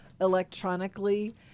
electronically